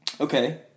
Okay